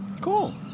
Cool